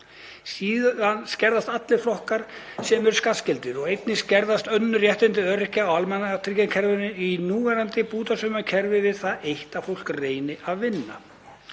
Síðan skerðast allir flokkar sem eru skattskyldir og einnig skerðast önnur réttindi öryrkja í almannatryggingakerfinu í núverandi bútasaumskerfi við það eitt að fólk reyni að vinna.